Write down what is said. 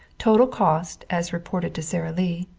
total cost, as reported to sara lee,